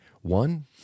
One